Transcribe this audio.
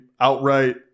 outright